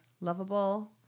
lovable